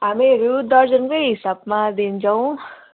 हामीहरू दर्जनकै हिसाबमा दिन्छौँ